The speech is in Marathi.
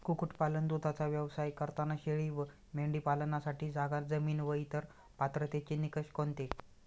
कुक्कुटपालन, दूधाचा व्यवसाय करताना शेळी व मेंढी पालनासाठी जागा, जमीन व इतर पात्रतेचे निकष कोणते?